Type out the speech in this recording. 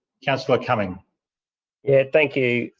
councillor cumming yes, thank you,